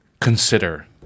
consider